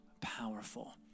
powerful